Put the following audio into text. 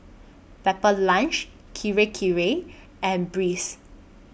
Pepper Lunch Kirei Kirei and Breeze